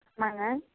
ஆமாங்க